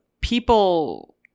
people